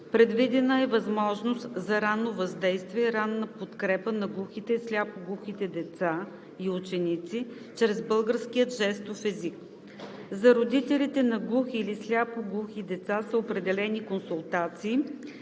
Предвидена е възможност за ранно въздействие и ранна подкрепа на глухите и сляпо-глухите деца и ученици чрез българския жестов език. За родителите на глухи или сляпо-глухи деца са определени консултации,